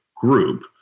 group